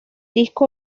disco